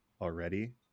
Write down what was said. already